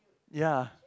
ya